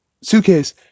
suitcase